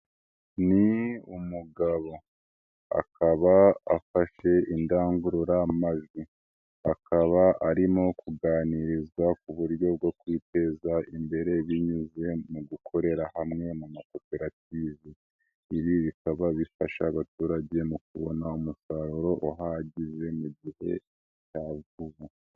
Ni umugabo akaba afashe indangururamajwi, akaba arimo kuganirizwa ku buryo bwo kwiteza imbere binyuze mu gukorera hamwe mu makoperative, ibi bikaba bifasha abaturage mu kubona umusaruro uhagije mu gihe cya vuba.